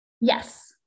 Yes